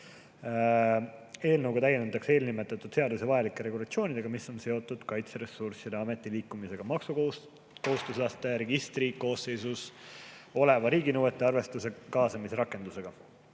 Eelnõuga täiendatakse eelnimetatud seadusi vajalike regulatsioonidega, mis on seotud Kaitseressursside Ameti liitumisega maksukohustuslaste registri koosseisus oleva riiginõuete arvestusse kaasamise rakendusega.